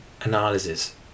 analysis